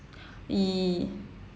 ye~